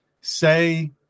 say